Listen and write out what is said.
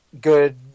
good